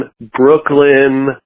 Brooklyn